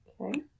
Okay